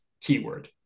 keyword